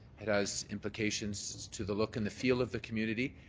it has implications to the look and the feel of the community.